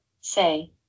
say